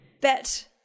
Bet